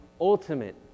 ultimate